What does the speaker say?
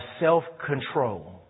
self-control